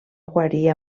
guarir